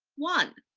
one,